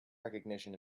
recognition